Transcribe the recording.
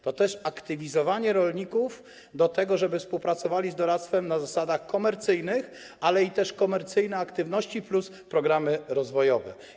To też aktywizowanie rolników do tego, żeby współpracowali z doradztwem na zasadach komercyjnych, i komercyjne aktywności plus programy rozwojowe.